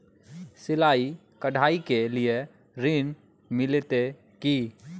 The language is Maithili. सिलाई, कढ़ाई के लिए ऋण मिलते की?